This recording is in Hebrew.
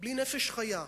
נפש חיה.